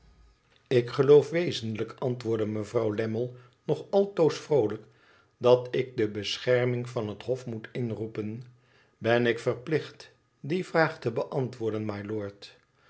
ik geloof wezenlijk antwoordde mevrouw lammie nog altoos vroolijk dat ik de bescherming van het hof moet inroepen bra ik verplicht tf e vraag te beantwoorden mylord